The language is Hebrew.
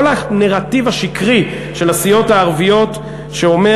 כל הנרטיב השקרי של הסיעות הערביות שאומר